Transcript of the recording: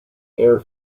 air